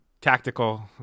tactical